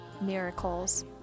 miracles